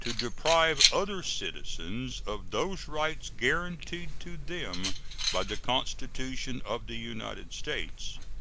to deprive other citizens of those rights guaranteed to them by the constitution of the united states,